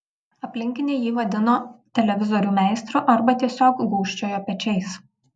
aplinkiniai jį vadino televizorių meistru arba tiesiog gūžčiojo pečiais